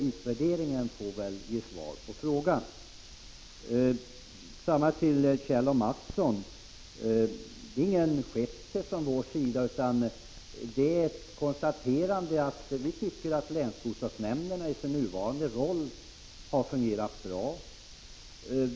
Utvärderingen får väl ge svar på frågorna. Till Kjell A. Mattsson vill jag säga: Det är ingen skepsis från vår sida. Vi konstaterar att länsbostadsnämnderna i sin nuvarande roll har fungerat bra.